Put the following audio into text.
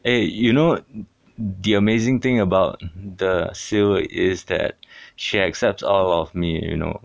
eh you know the amazing thing about the show is that she accepts all of me you know